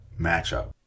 matchup